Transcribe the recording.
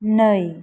नै